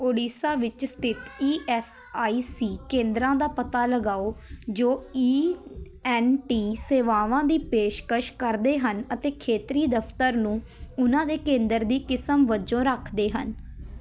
ਉੜੀਸਾ ਵਿੱਚ ਸਥਿਤ E S I C ਕੇਂਦਰਾਂ ਦਾ ਪਤਾ ਲਗਾਓ ਜੋ ਈ ਐੱਨ ਟੀ ਸੇਵਾਵਾਂ ਦੀ ਪੇਸ਼ਕਸ਼ ਕਰਦੇ ਹਨ ਅਤੇ ਖੇਤਰੀ ਦਫ਼ਤਰ ਨੂੰ ਉਹਨਾਂ ਦੇ ਕੇਂਦਰ ਦੀ ਕਿਸਮ ਵਜੋਂ ਰੱਖਦੇ ਹਨ